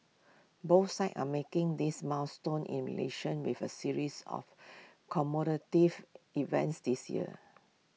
both sides are marking this milestone in relations with A series of events this year